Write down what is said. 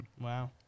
Wow